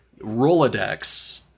Rolodex